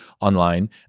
online